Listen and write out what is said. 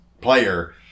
player